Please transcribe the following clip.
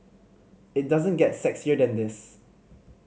it doesn't get sexier than this